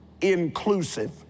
inclusive